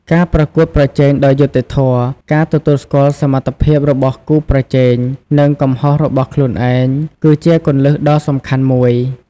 ការប្រកួតប្រជែងដោយយុត្តិធម៌ ការទទួលស្គាល់សមត្ថភាពរបស់គូប្រជែង និងកំហុសរបស់ខ្លួនឯង គឺជាគន្លឹះដ៏សំខាន់មួយ។